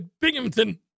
Binghamton